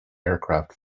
aircraft